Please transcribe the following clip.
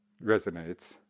resonates